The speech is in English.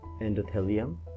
endothelium